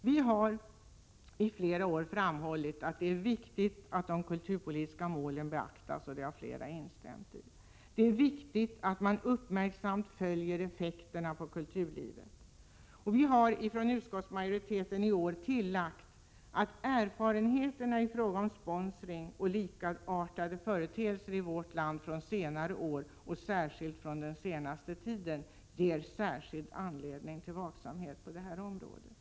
Vi har i flera år framhållit att det är viktigt att de kulturpolitiska målen beaktas — detta har flera också instämt i — och att man uppmärksamt följer effekterna på kulturlivet. Vi har från utskottsmajoriteten i år tillagt att erfarenheterna i fråga om sponsring och likartade företeelser i vårt land från senare år och speciellt från den senaste tiden ger särskild anledning till vaksamhet på det här området.